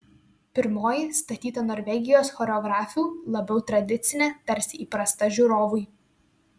pirmoji statyta norvegijos choreografių labiau tradicinė tarsi įprasta žiūrovui